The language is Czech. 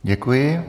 Děkuji.